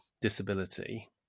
disability